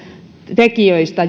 tekijöistä